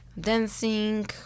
dancing